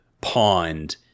pond